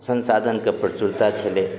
संसाधनके प्रचुरता छलै